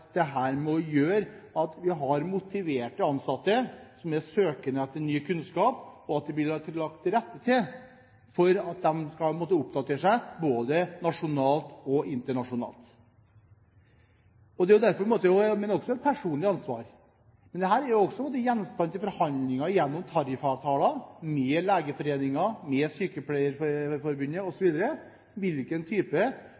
at vi har motiverte ansatte som er søkende etter ny kunnskap, og at det blir lagt til rette for at de kan oppdatere seg, både nasjonalt og internasjonalt. Men dette er også et personlig ansvar. Det er også gjenstand for forhandlinger gjennom tariffavtaler med Legeforeningen, med Sykepleierforbundet osv., hvilken type etterutdanningsprogram en bør legge inn for å sikre god faglig oppdatering. De regionale helseforetakene og